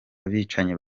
abicanyi